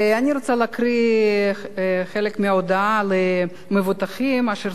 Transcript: אני רוצה להקריא חלק מההודעה למבוטחים אשר